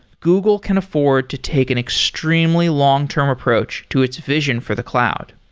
google can afford to take an extremely long term approach to its vision for the cloud.